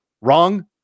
Wrong